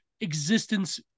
existence